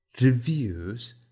reviews